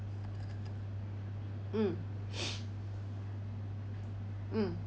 mm mm